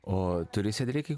o turi sedrikai